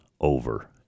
over